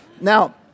Now